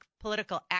political